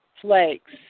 flakes